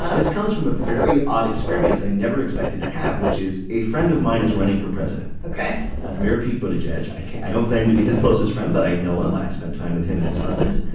this comes from a very odd experience i never expected to have, which is a friend of mine is running for president ok ah it's mayor pete buttigieg. i i don't claim to be his closest friend, but i know him. i've spent time with him and his husband.